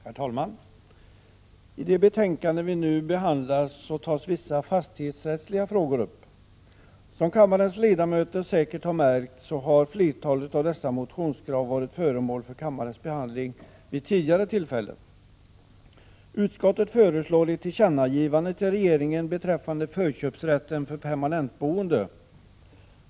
Herr talman! I det betänkande som vi nu behandlar tas vissa fastighetsrättsliga frågor upp. Som kammarens ledamöter säkerligen har märkt har flertalet av motionskraven varit föremål för kammarens behandling vid tidigare tillfällen. Utskottet föreslår ett tillkännagivande till regeringen beträffande förköpsrätten för permanentboende.